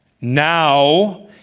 now